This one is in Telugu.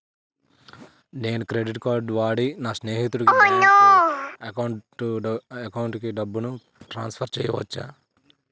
నేను క్రెడిట్ కార్డ్ వాడి నా స్నేహితుని బ్యాంక్ అకౌంట్ కి డబ్బును ట్రాన్సఫర్ చేయచ్చా?